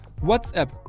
WhatsApp